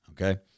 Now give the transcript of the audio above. Okay